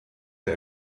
der